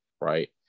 right